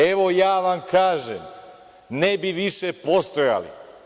Evo, ja vam kažem, ne bi više postojali.